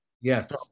Yes